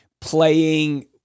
playing